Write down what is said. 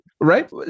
right